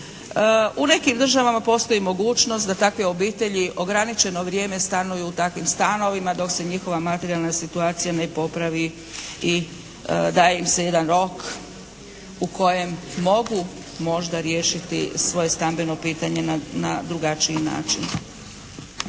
U nekim državama postoji mogućnost da takve obitelji ograničeno vrijeme stanuju u takvim stanovima dok se njihova materijalna situacija ne popravi i daje im se jedan rok u kojem mogu možda riješiti svoje stambeno pitanje na drugačiji način.